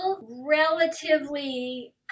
relatively